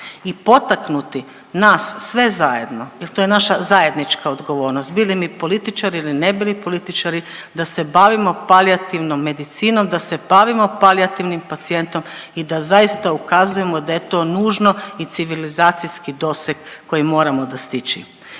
i potaknuti nas sve zajedno, jel to je naša zajednička odgovornost, bili mi političari ili ne bili političari, da se bavimo palijativnom medicinom, da se bavimo palijativnim pacijentom i da zaista ukazujemo da je to nužno i civilizacijski doseg koji moramo dostići.